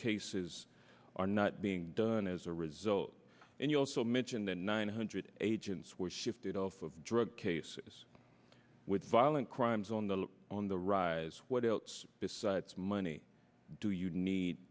cases are not being done as a result and you also mention that nine hundred agents were shifted off of drug cases with violent crimes on the on the rise what else besides money do you need